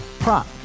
Prop